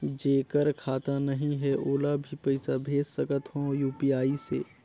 जेकर खाता नहीं है ओला भी पइसा भेज सकत हो यू.पी.आई से?